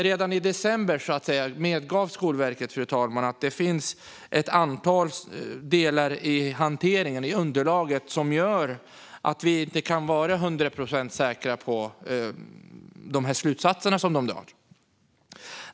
Redan i december medgav alltså Skolverket att det finns ett antal delar i hanteringen, i underlaget, som gör att vi inte kan vara hundra procent säkra på de slutsatser som dras.